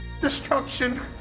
Destruction